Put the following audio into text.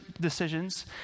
decisions